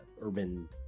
urban